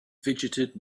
fidgeted